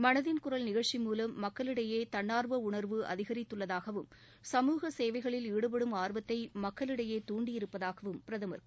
மனதின்குரல் நிகழ்ச்சி மூலம் மக்களிடையே தன்னார்வ உணர்வு அதிகரித்துள்ளதாகவும் சமூக சேவைகளில் ஈடுபடும் ஆர்வத்தை மக்களிடையே தூண்டியிருப்பதாகவும் பிரதமர் கூறினார்